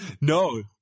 No